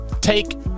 Take